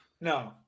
No